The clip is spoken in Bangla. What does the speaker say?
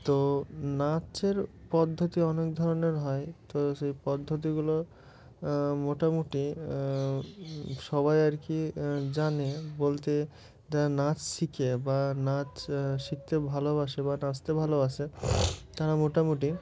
তো নাচের পদ্ধতি অনেক ধরনের হয় তো সেই পদ্ধতিগুলো মোটামুটি সবাই আর কি জানে বলতে যারা নাচ শেখে বা নাচ শিখতে ভালোবাসে বা নাচতে ভালোবাসে তারা মোটামুটি